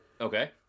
Okay